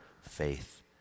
faith